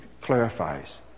clarifies